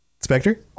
Spectre